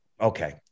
okay